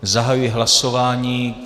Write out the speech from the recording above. Zahajuji hlasování.